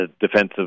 defensive